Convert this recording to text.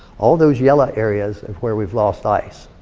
all those yellow areas are where we've lost ice.